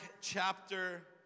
chapter